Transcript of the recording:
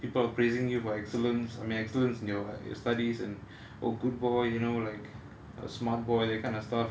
people praising you for excellence I mean excellence in your studies and oh good boy you know like a smart boy that kind of stuff